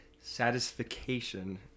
satisfaction